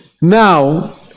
Now